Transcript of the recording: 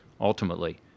ultimately